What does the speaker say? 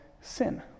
sin